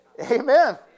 Amen